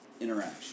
interaction